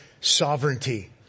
sovereignty